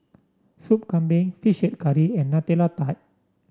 Sup Kambing fish head curry and Nutella Tart